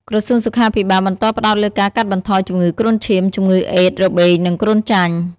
ក្រសួងសុខាភិបាលបន្តផ្តោតលើការកាត់បន្ថយជំងឺគ្រុនឈាម ជំងឺអេដស៍ របេង និងគ្រុនចាញ់។